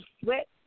sweat